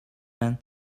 man